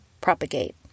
propagate